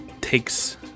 takes